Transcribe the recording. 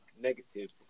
negative